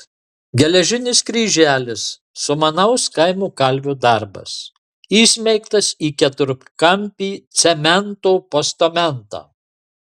geležinis kryželis sumanaus kaimo kalvio darbas įsmeigtas į keturkampį cemento postamentą